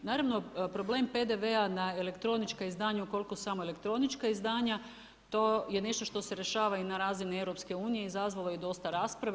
Naravno problem PDV-a na elektronička izdanja ukoliko su samo elektronička izdanja to je nešto što se rješava i na razini EU izazvalo je i dosta rasprave.